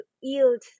yield